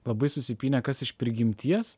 labai susipynę kas iš prigimties